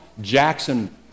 Jackson